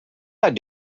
not